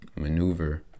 maneuver